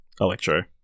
Electro